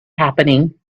happening